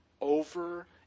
over